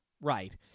Right